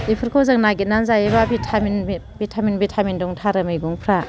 बेफोरखौ जों नागिरनानै जायोबा भिटामिन भिटामिन भिटामिन दंथारो मैगंफ्रा